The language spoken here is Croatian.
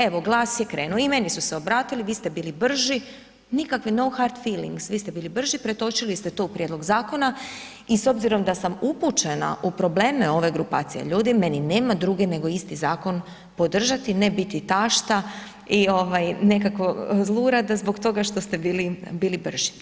Evo, GLAS je krenuo i meni su se obratili, vi ste bili brži, nikakvi no hard feelings, vi ste bili brži, pretočili ste to u prijedlog zakona i s obzirom da sam upućena u probleme ove grupacije ljudi, meni nema druge nego isti zakon podržati, ne biti tašta i nekako zlurada zbog toga što ste bili brži.